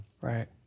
Right